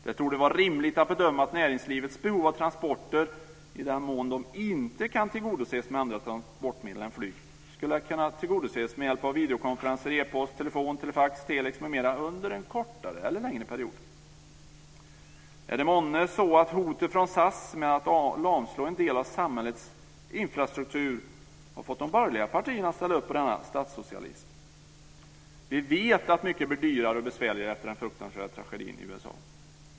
Det torde vara rimligt att bedöma att näringslivets behov av transporter, i den mån de inte kan tillgodoses med andra transportmedel än flyg, skulle kunna tillgodoses med hjälp av videokonferenser, e-post, telefon, telefax, telex m.m. under en kortare eller längre period. Är det månne så att hotet från SAS om att lamslå en del av samhällets infrastruktur har fått de borgerliga partierna att ställa upp på denna statssocialism? Vi vet att mycket blev dyrare och besvärligare efter den fruktansvärda tragedin i USA.